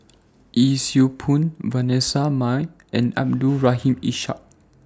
Yee Siew Pun Vanessa Mae and Abdul Rahim Ishak